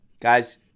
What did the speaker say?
Guys